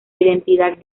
identidad